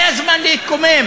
זה הזמן להתקומם